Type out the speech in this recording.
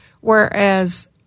whereas